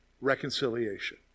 reconciliation